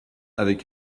avec